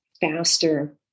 faster